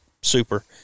super